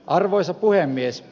arvoisa puhemies